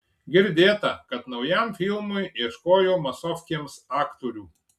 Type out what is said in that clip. girdėta kad naujam filmui ieškojo masofkėms aktorių